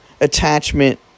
attachment